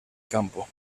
campo